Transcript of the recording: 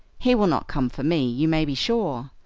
he will not come for me, you may be sure,